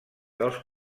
dels